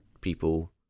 people